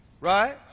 right